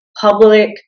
public